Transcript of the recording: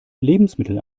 lebensmittel